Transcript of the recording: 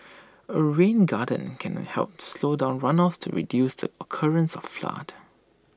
A rain garden can help slow down runoffs to reduce the occurrence of floods